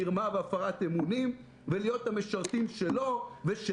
מרמה והפרת אמונים ולהיות המשרתים שלו ושל